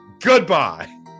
Goodbye